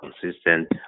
consistent